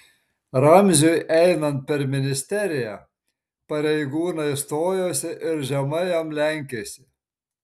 ramziui einant per ministeriją pareigūnai stojosi ir žemai jam lenkėsi